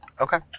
Okay